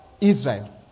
Israel